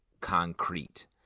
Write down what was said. concrete